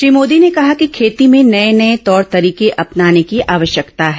श्री मोदी ने कहा कि खेती में नए नए तौर तरीके अपनाने की आवश्यकता है